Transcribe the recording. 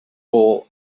bowl